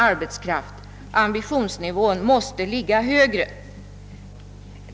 Ambitionsnivån måste ligga högre.